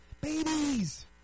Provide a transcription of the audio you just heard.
Babies